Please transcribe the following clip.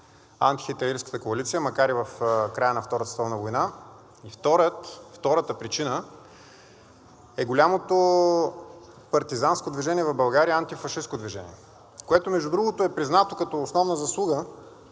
антихитлеристката коалиция, макар и в края на Втората световна война. И втората причина е голямото партизанско движение в България, антифашистко движение, което, между другото, е признато като основна заслуга